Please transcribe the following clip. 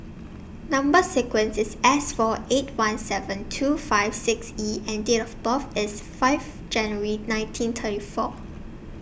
Number sequence IS S four eight one seven two five six E and Date of birth IS five January nineteen thirty four